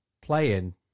playing